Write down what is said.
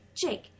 Jake